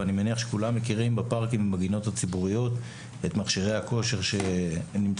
ואני מניח שכולם מכירים את מכשירי הכושר שנמצאים